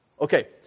Okay